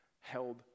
held